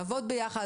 נעבוד ביחד,